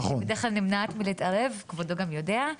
אני בדרך כלל נמנעת מלהתערב כבודו גם יודע,